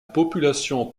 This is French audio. population